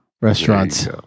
restaurants